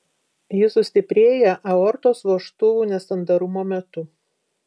ji sustiprėja aortos vožtuvų nesandarumo metu